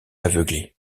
aveuglé